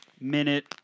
minute